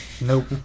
Nope